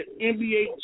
NBA